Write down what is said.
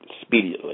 Speedily